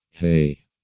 Hey